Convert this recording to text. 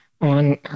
on